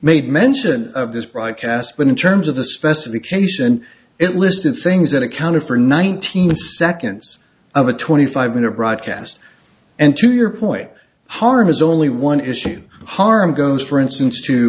made mention of this broadcast but in terms of the specification it listed things that accounted for nineteen seconds of a twenty five minute broadcast and to your point harm is only one issue harm goes for instance